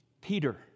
Peter